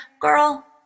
girl